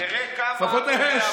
תקריא מהר מהר מהר,